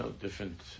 different